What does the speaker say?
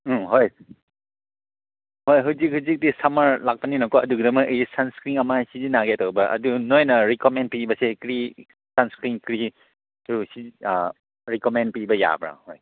ꯎꯝ ꯍꯣꯏ ꯍꯣꯏ ꯍꯧꯖꯤꯛ ꯍꯧꯖꯤꯛꯇꯤ ꯁꯃꯔ ꯂꯥꯛꯄꯅꯤꯅꯀꯣ ꯑꯗꯨꯒꯤꯗꯃꯛ ꯑꯩꯒꯤ ꯁꯟꯏꯁꯀ꯭ꯔꯤꯟ ꯑꯃ ꯁꯤꯖꯤꯟꯅꯒꯦ ꯇꯧꯕ ꯑꯗꯨ ꯅꯣꯏꯅ ꯔꯤꯀꯣꯃꯦꯟ ꯄꯤꯕꯁꯦ ꯀꯔꯤ ꯁꯟꯁꯀ꯭ꯔꯤꯟ ꯀꯔꯤ ꯇꯨ ꯁꯤ ꯔꯤꯀꯣꯃꯦꯟ ꯄꯤꯕ ꯌꯥꯕ꯭ꯔꯥ ꯍꯣꯏ